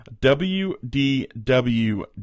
WDW